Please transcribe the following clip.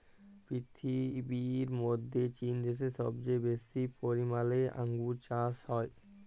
পীরথিবীর মধ্যে চীন দ্যাশে সবচেয়ে বেশি পরিমালে আঙ্গুর চাস হ্যয়